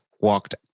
walked